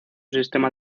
sistema